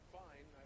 fine